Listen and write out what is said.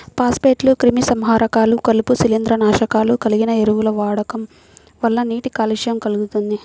ఫాస్ఫేట్లు, క్రిమిసంహారకాలు, కలుపు, శిలీంద్రనాశకాలు కలిగిన ఎరువుల వాడకం వల్ల నీటి కాలుష్యం కల్గుతుంది